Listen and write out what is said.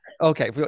okay